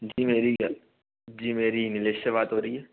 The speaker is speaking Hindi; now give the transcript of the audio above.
जी मेरी ज मेरी निलेश से बात हो रहीं है